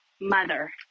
mother